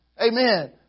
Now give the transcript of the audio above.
amen